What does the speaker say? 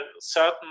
certain